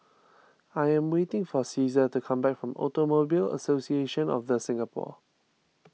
I am waiting for Caesar to come back from Automobile Association of the Singapore